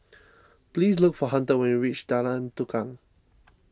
please look for Hunter when you reach Jalan Tukang